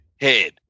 head